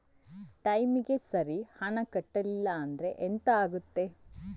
ಟೈಮಿಗೆ ಸರಿ ಹಣ ಕಟ್ಟಲಿಲ್ಲ ಅಂದ್ರೆ ಎಂಥ ಆಗುತ್ತೆ?